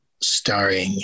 starring